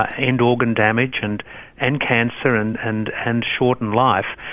ah and organ damage and and cancer and and and shorten life,